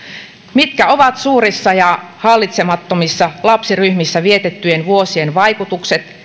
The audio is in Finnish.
mitkä ovat suurissa ja hallitsemattomissa lapsiryhmissä vietettyjen vuosien vaikutukset